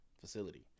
facility